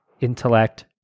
intellect